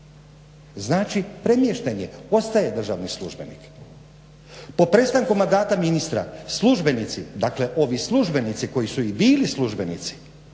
Znači, premješten je, ostaje državni službenik. Po prestanku mandata ministra službenici, dakle ovi službenici koji su i bili službenici